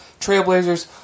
Trailblazers